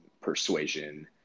persuasion